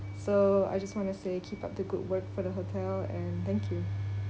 so I just want to say keep up the good work for the hotel and thank you